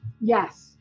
Yes